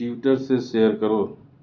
Twitter سے share کرو